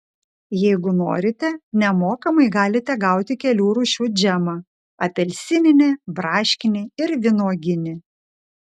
jeigu norite nemokamai galite gauti kelių rūšių džemą apelsininį braškinį ir vynuoginį